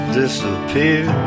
disappear